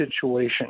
situation